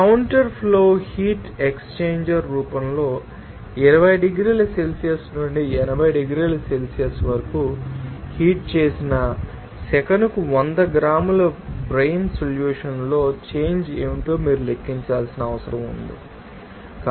counter flow heat exchanger రూపంలో 20 డిగ్రీల Celsius నుండి 80 డిగ్రీల సెల్సియస్ వరకు హీట్ చేసిన సెకనుకు 100 గ్రాముల బ్రైన్ సొల్యూషన్స్ లో చేంజ్ ఏమిటో మీరు లెక్కించాల్సిన అవసరం ఉందా